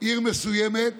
עיר מסוימת.